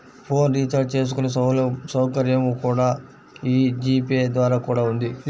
phone recharge చేసుకునే సౌకర్యం కూడా యీ జీ పే ద్వారా కూడా ఉంది